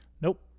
Nope